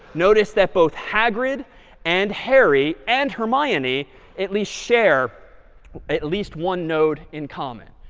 notice that both hagrid and harry and hermione at least share at least one node in common.